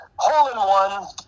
Hole-in-one